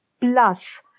plus